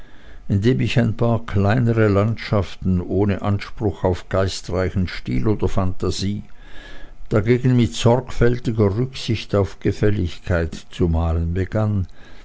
indem ich ein paar kleinere landschaften ohne anspruch auf geistreichen stil oder phantasie dagegen mit sorgfältiger rücksicht auf gefälligkeit zu malen begann